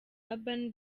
urban